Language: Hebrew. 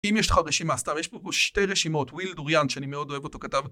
אם יש לך רשימה סתם, יש פה שתי רשימות, ויל יוריאן, שאני מאוד אוהב אותו, כתב...